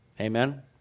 Amen